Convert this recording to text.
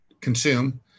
consume